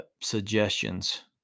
suggestions